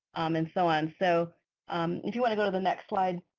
um and so on. so if you want to go to the next slide,